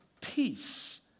peace